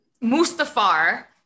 mustafar